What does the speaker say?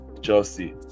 Chelsea